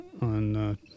on